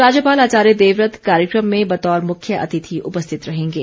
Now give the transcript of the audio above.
राज्यपाल आचार्य देवव्रत कार्यक्रम में बतौर मुख्य अतिथि उपस्थित रहेंगे